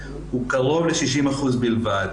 הוא קרוב ל-60% בלבד,